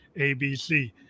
ABC